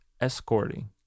escorting